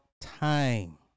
time